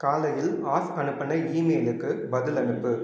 காலையில் ஆஸ் அனுப்பின ஈமெயிலுக்கு பதில் அனுப்பு